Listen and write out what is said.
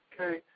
okay